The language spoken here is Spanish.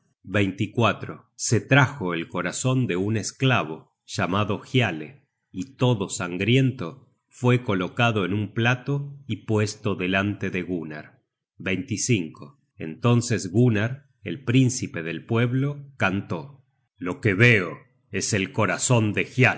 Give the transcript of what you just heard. at se trajo el corazon de un esclavo llamado hiale y todo sangriento fue colocado en un plato y puesto delante de gunnar entonces gunnar el príncipe del pueblo cantó lo que veo es el corazon de